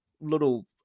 little